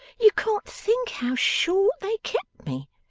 you can't think how short they kept me!